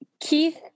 Keith